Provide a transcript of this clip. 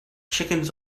chickens